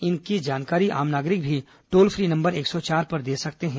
इनकी जानकारी आम नागरिक भी टोल फी नंबर एक सौ चार पर दे सकते हैं